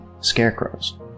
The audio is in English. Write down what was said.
scarecrows